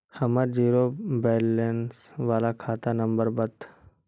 हमर zero balance बाला खाता नम्बर बत?